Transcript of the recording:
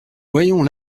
voyons